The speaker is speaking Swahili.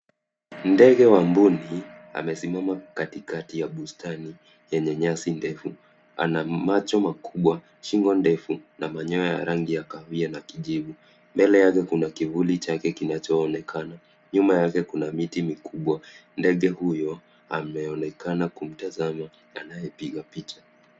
Ndege wa mbuni, amesimama katikati ya bustani yenye nyasi ndefu. Ana macho makubwa, shingo ndefu, na manyoya ya rangi ya kahawia na kijivu. Mbele yake kuna kivuli chake kinachoonekana. Nyuma yake kuna miti mikubwa. Ndege huyo, ameonekana kumtazama anayepiga picha.